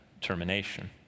termination